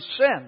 sin